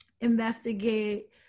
investigate